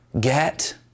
get